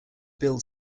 build